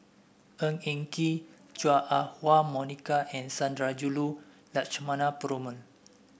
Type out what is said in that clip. Ng Eng Kee Chua Ah Huwa Monica and Sundarajulu Lakshmana Perumal